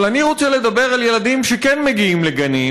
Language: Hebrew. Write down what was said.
אבל אני רוצה לדבר על ילדים שכן מגיעים לגנים,